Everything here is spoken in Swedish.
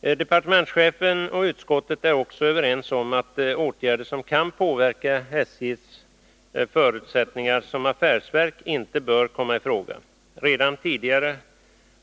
Departementschefen och utskottet är också överens om att åtgärder som kan påverka SJ:s förutsättningar som affärsverk inte bör komma i fråga. Redan tidigare